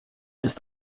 ist